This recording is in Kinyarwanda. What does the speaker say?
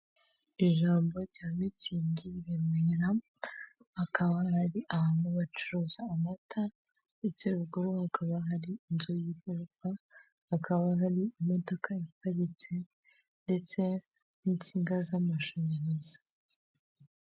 Ijambo rya mitsingi Remera, akaba ari ahantu bacuruza amata, ndetse ruguru yaho hakaba hari inzu, hakaba hari imodoka iparitse ndetse n'insinga z'amashanyarazi.